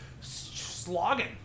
slogging